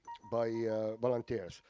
by volunteers.